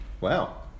Wow